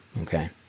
Okay